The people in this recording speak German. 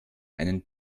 einen